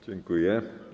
Dziękuję.